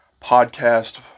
podcast